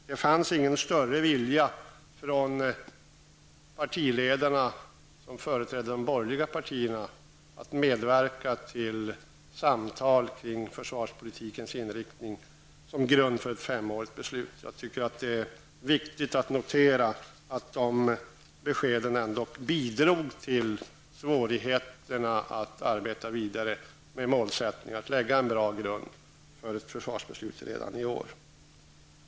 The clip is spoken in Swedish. Det fanns ingen större vilja från partiledarna som företrädde de borgerliga partierna att medverka till samtal kring försvarspolitikens inriktning som grund för ett femårigt beslut. Jag tycker att det är viktigt att notera att de beskeden ändock bidrog till svårigheterna att arbeta vidare med målsättningen att lägga en bra grund för ett försvarsbeslut redan i år.